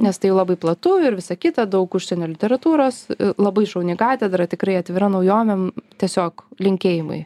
nes tai labai platu ir visa kita daug užsienio literatūros labai šauni katedra tikrai atvira naujovėm tiesiog linkėjimai